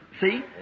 See